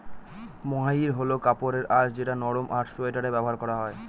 মহাইর হল কাপড়ের আঁশ যেটা নরম আর সোয়াটারে ব্যবহার করা হয়